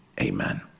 amen